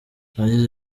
yagize